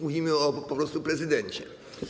Mówimy po prostu o prezydencie.